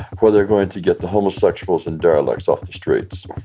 where they're going to get the homosexuals and derelicts off the streets,